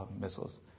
missiles